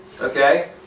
Okay